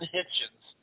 Hitchens